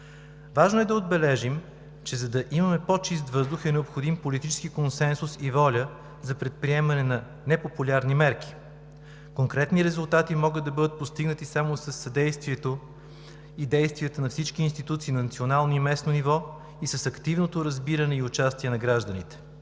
Важно е да отбележим, че за да имаме по-чист въздух, е необходим политически консенсус и воля за предприемане на непопулярни мерки. Конкретни резултати могат да бъдат постигнати само със съдействието и действията на всички институции на национално и местно ниво и с активното разбиране и участие на гражданите.